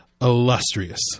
illustrious